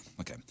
Okay